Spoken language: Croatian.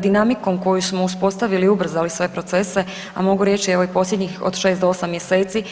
Dinamikom koju smo uspostavili i ubrzali sve procese, a mogu reći evo posljednjih od šest do osam mjeseci